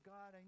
God